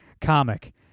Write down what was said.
comic